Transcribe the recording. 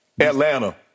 Atlanta